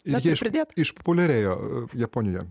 jie iš pridėt išpopuliarėjo japonijoje